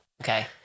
Okay